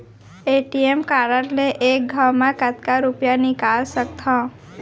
ATM card ले एक घव म कतका रुपिया निकाल सकथव?